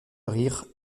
rire